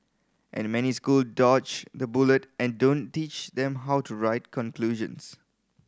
and many school dodge the bullet and don't teach them how to write conclusions